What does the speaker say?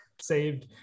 saved